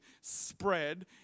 spread